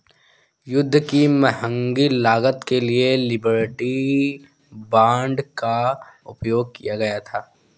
युद्ध की महंगी लागत के लिए लिबर्टी बांड का उपयोग किया गया था